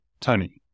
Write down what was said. Tony